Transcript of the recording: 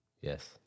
Yes